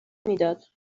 میداد